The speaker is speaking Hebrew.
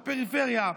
לפריפריה?